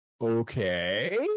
okay